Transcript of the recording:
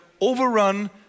overrun